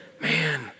man